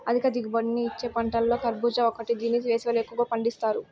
అధిక దిగుబడిని ఇచ్చే పంటలలో కర్భూజ ఒకటి దీన్ని వేసవిలో ఎక్కువగా పండిత్తారు